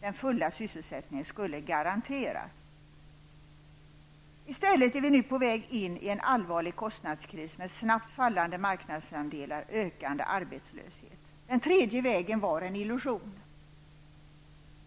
Den fulla sysselsättningen skulle garanteras. I stället är vi på väg in i en allvarlig kostnadskris med snabbt fallande marknadsandelar och ökande arbetslöshet. ''Den tredje vägen'' var en illusion.